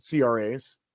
cra's